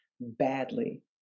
badly